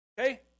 okay